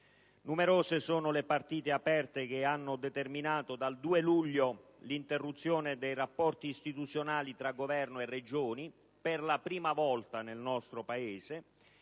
Numerose sono le partite aperte che hanno determinato dal 2 luglio l'interruzione dei rapporti istituzionali tra Governo e Regioni, per la prima volta nel nostro Paese,